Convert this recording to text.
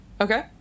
Okay